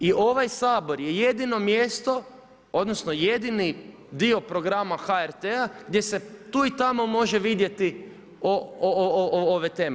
I ovaj Sabor je jedino mjesto, odnosno jedini dio programa HRT-a gdje se tu i tamo može vidjeti ove teme.